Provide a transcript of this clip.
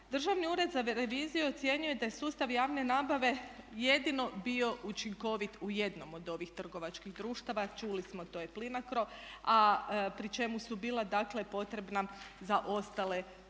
Državni ured za reviziju ocijenio je da je sustav javne nabave jedino bio učinkovit u jednom od ovih trgovačkih društava čuli smo to je Plinacro a pri čemu su bila dakle potrebna za ostale dodatna